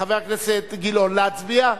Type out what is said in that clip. חבר הכנסת גילאון, להצביע?